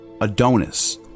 Adonis